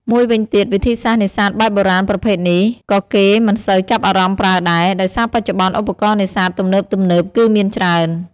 មួយវិញទៀត វិធីសាស្រ្តនេសាទបែបបុរាណប្រភេទនេះ ក៏គេមិនសូវចាប់អារម្មណ៍ប្រើដែរ ដោយសារបច្ចុប្បន្នឧបករណ៍នេសាទទំនើបៗគឺមានច្រើន។